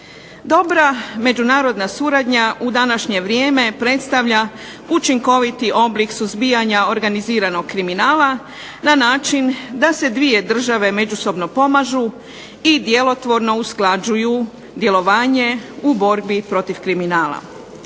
Dobra međunarodna suradnja u današnje vrijeme predstavlja učinkoviti oblik suzbijanja organiziranog kriminala na način da se dvije države međusobno pomažu i djelotvorno usklađuju djelovanje u borbi protiv kriminala.